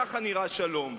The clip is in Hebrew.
כך נראה שלום,